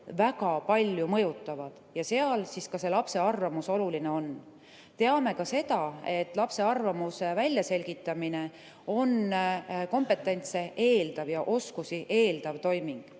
väga palju mõjutavad ja seal on ka see lapse arvamus oluline. Teame ka seda, et lapse arvamuse väljaselgitamine on kompetentsi ja oskusi eeldav toiming.